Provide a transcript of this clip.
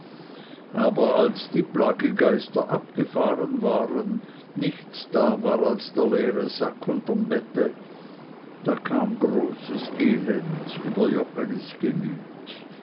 aber als die plagegeister abgefahren waren nichts da war als der leere sack unterm bette da kam großes elend über joggelis gemüt